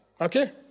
okay